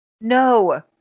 No